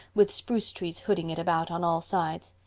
with spruce trees hooding it about on all sides.